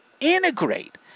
integrate